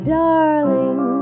darling